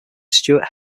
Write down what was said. stuart